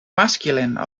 masculine